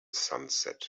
sunset